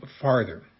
farther